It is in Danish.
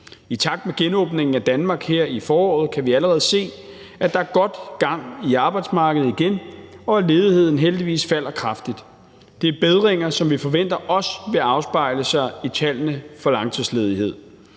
I takt med genåbningen af Danmark her i foråret kan vi allerede se, at der er godt gang i arbejdsmarkedet igen, og at ledigheden heldigvis falder kraftigt. Det er bedringer, som vi forventer også vil afspejle sig i tallene for langtidsledighed.